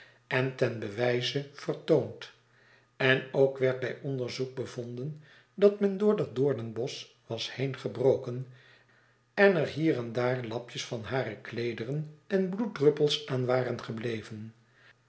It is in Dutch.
en ten bewijze vertoond en ook werd bij onderzoek bevonden dat men door dat doornbosch was heengebroken en er hier en daar lapjes van hare kleederen en bloeddruppels aan waren gebleven